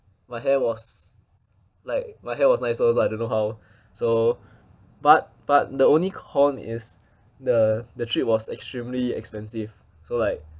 my hair was like my hair was nicer so I don't know how so but but the only con is the the trip was extremely expensive so like